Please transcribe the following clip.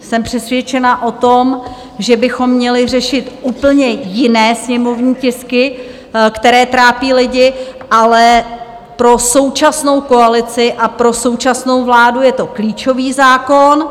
Jsem přesvědčená o tom, že bychom měli řešit úplně jiné sněmovní tisky, které trápí lidi, ale pro současnou koalici a pro současnou vládu je to klíčový zákon.